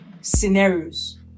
scenarios